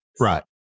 Right